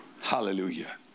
hallelujah